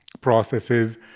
processes